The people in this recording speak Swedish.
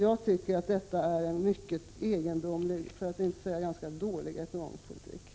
Jag tycker att detta är en mycket egendomlig, för att inte säga ganska dålig, ekonomisk politik.